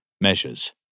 Measures